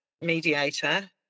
mediator